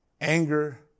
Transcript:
anger